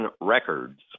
records